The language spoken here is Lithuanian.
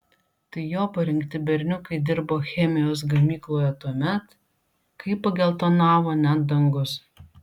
tai jo parinkti berniukai dirbo chemijos gamykloje tuomet kai pageltonavo net dangus